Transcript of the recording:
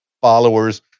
followers